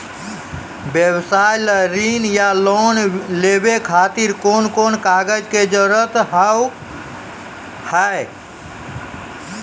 व्यवसाय ला ऋण या लोन लेवे खातिर कौन कौन कागज के जरूरत हाव हाय?